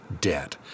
debt